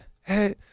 Hey